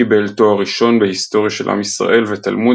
קיבל תואר ראשון בהיסטוריה של עם ישראל ותלמוד